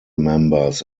members